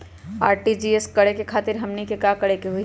RTGS करे खातीर हमनी के का करे के हो ई?